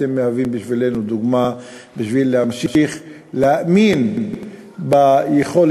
אתם מהווים בשבילנו דוגמה בשביל להמשיך להאמין ביכולת